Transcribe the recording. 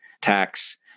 tax